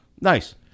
Nice